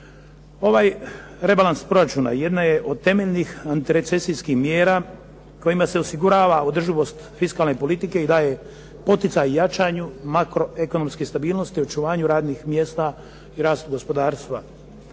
Ovaj rebalans proračuna jedna je od temeljnih antirecesijskih mjera kojima se osigurava održivost fiskalne politike i poticaj o jačanju makro ekonomske stabilnosti očuvanju radnih mjesta i rastu gospodarstva.